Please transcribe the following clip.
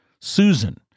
Susan